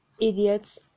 idiots